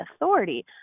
authority